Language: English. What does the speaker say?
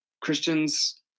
Christians